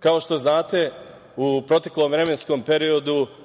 Kao što znate, u proteklom vremenskom periodu